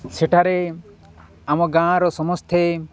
ସେଠାରେ ଆମ ଗାଁର ସମସ୍ତେ